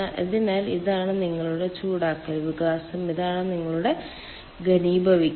അതിനാൽ ഇതാണ് നിങ്ങളുടെ ചൂടാക്കൽ വികാസം ഇതാണ് നിങ്ങളുടെ ഘനീഭവിക്കൽ